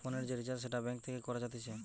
ফোনের যে রিচার্জ সেটা ব্যাঙ্ক থেকে করা যাতিছে